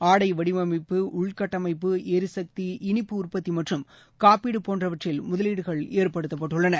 ஆடை வடிவமைப்பு உ ள்கட்டமைப்பு எரிசக்தி இனிப்பு உற்பத்திமற்றும் காப்பீடுபோன்றவற்றில் முதலீடுகள் ஏற்படுத்தப்பட்டுள்ளன